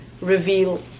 reveal